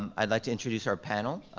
um i'd like to introduce our panel,